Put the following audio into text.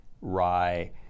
rye